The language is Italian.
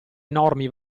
enormi